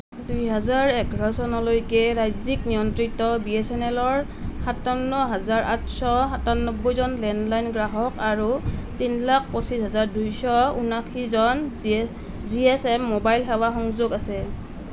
দুই হাজাৰ এঘাৰ চনলৈকে ৰাজ্যিক নিয়ন্ত্ৰিত বি এছ এন এলৰ সাতাৱন্ন হাজাৰ আঠশ সাতানব্বৈ জন লেণ্ডলাইন গ্ৰাহক আৰু তিন লাখ পঁচিছ হাজাৰ দুশ ঊনাশী জন জি এছে মোবাইল সেৱা সংযোগ আছে